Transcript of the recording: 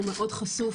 הוא מאוד חשוף